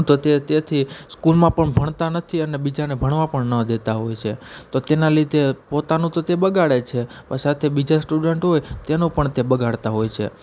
તો તે તેથી સ્કૂલમાં પણ ભણતા નથી અને બીજાને ભણવા પણ ન દેતા હોય છે તો તેના લીધે પોતાનું તો તે બગાડે છે પણ સાથે બીજા સ્ટુડન્ટ હોય તેનું પણ તે બગાડતા હોય છે